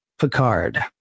Picard